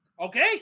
Okay